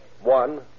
one